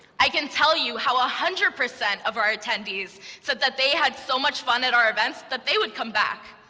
i can tell you how one ah hundred percent of our attendees said that they had so much fun at our events that they would come back.